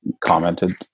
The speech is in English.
commented